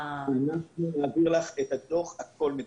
אנחנו נעביר לך את הדוח ואת הכול מדויק.